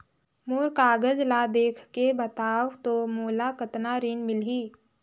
मोर कागज ला देखके बताव तो मोला कतना ऋण मिलही?